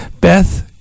Beth